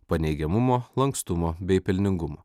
paneigiamumo lankstumo bei pelningumo